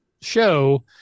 show